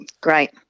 Great